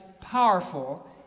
powerful